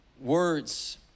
words